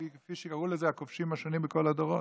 כפי שקראו לזה הכובשים השונים בכל הדורות.